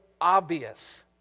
obvious